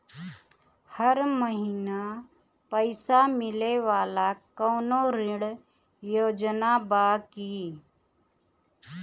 हर महीना पइसा मिले वाला कवनो ऋण योजना बा की?